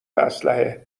اسلحه